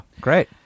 great